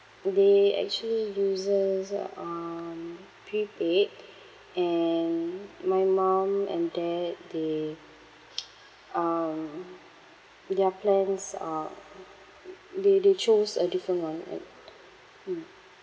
they actually uses um prepaid and my mum and dad they um their plans are they they chose a different one right mm